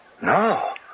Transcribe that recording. No